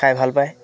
খায় ভাল পায়